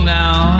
now